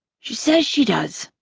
she says she does,